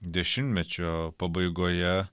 dešimtmečio pabaigoje